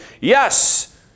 yes